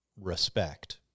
respect